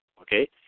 okay